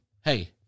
hey